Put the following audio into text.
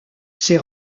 ces